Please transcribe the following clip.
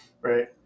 right